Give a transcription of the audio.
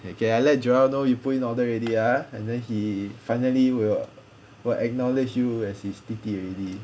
okay I let joel know you put in order already ah and then he finally will will acknowledge you as his 弟弟 already